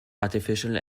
artificial